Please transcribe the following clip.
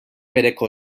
bereko